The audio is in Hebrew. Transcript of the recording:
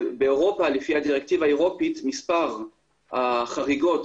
באירופה, לפי הדירקטיבה האירופית, מספר החריגות